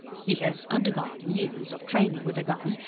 he has undergone years of training with the gun,